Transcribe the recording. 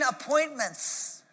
appointments